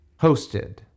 hosted